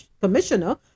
Commissioner